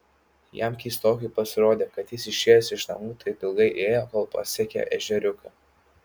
jam keistokai pasirodė kad jis išėjęs iš namų taip ilgai ėjo kol pasiekė ežeriuką